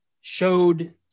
showed